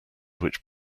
which